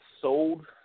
sold